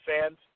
fans